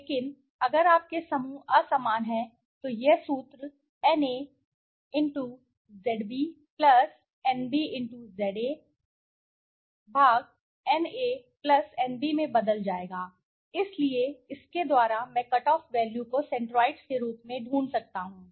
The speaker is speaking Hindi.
लेकिन अगर आपके समूह असमान हैं तो यह सूत्र Na x Zb Nb x Za Na Nb में बदल जाएगा इसलिए इसके द्वारा मैं कटऑफ वैल्यू को सेंट्रोइड्स के रूप में ढूँढ सकता हूँ